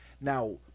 Now